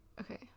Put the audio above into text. Okay